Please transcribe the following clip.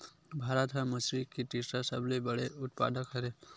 भारत हा मछरी के तीसरा सबले बड़े उत्पादक हरे